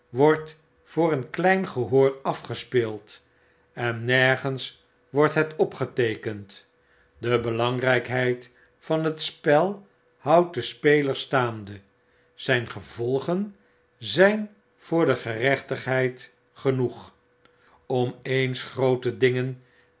wordt voor een klein gehoor afgespeeld en nergens wordt het opgeteekend de belangrykheid van het spel houdt den speler staande zyn gevcilgen zyn voor de gerechtigheid genoeg om eens groote dingen